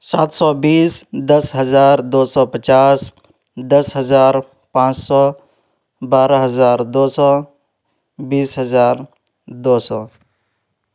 سات سو بیس دس ہزار دو سو پچاس دس ہزار پانچ سو بارہ ہزار دو سو بیس ہزار دو سو